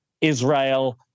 Israel